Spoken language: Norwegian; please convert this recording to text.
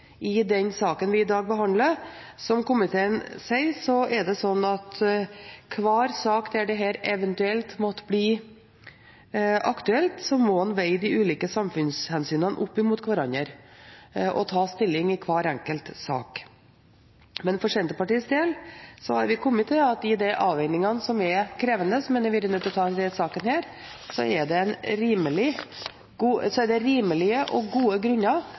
det slik at i hver sak der dette eventuelt måtte bli aktuelt, må en veie de ulike samfunnshensynene opp mot hverandre og ta stilling i hver enkelt sak. Men for Senterpartiets del har vi kommet til at i de avveiningene som er krevende, som en har vært nødt til å gjøre i denne saken, er det rimelige og gode grunner for å kunne gå inn for denne begrensede og